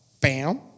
Bam